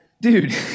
dude